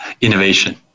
innovation